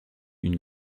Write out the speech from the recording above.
une